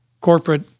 corporate